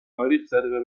تاریخزده